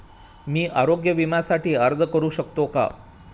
मी आरोग्य विम्यासाठी अर्ज करू शकतो का?